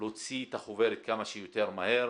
להוציא את החוברת כמה שיותר מהר.